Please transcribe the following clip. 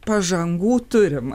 pažangų turime